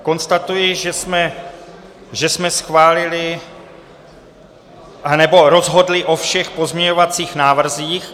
Konstatuji, že jsme schválili, anebo rozhodli o všech pozměňovacích návrzích.